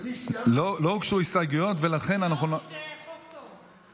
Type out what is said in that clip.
לא הוגשו הסתייגויות, לא, כי זה חוק טוב.